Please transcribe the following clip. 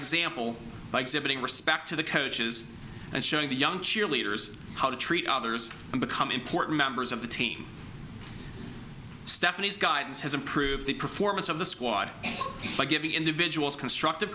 example by exhibiting respect to the coaches and showing the young cheerleaders how to treat others and become important members of the team stephanie's guidance has improved the performance of the squad by giving individuals constructive